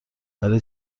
برای